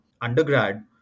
undergrad